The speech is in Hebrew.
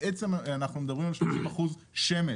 אנחנו בעצם מדברים על 30 אחוזים שמש,